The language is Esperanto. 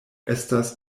estas